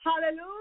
Hallelujah